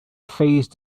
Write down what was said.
phase